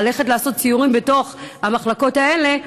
ללכת לעשות סיורים בתוך המחלקות האלה,